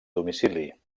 domicili